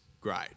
great